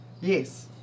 yes